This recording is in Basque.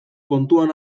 kontuan